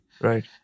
Right